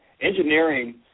engineering